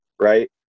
right